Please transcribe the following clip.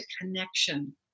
connection